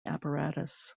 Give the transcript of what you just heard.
apparatus